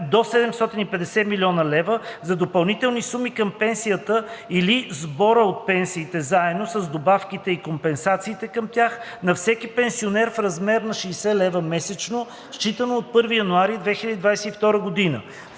до 750 млн. лв. за допълнителни суми към пенсията или сбора от пенсиите заедно с добавките и компенсациите към тях на всеки пенсионер в размер на 60 лв. месечно, считано от 1 януари 2022 г.